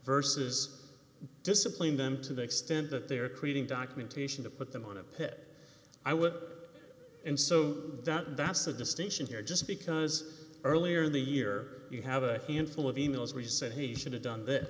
versus discipline them to the extent that they're creating documentation to put them on a pit i would and so that's the distinction here just because earlier in the year you have a handful of e mails we said he should have done th